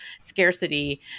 scarcity